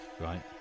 right